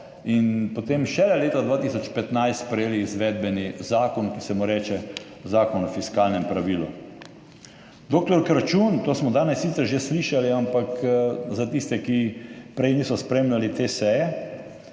in potem šele leta 2015 sprejeli izvedbeni zakon, ki se mu reče Zakon o fiskalnem pravilu. Dr. Kračun, to smo danes sicer že slišali, ampak za tiste, ki prej niso spremljali te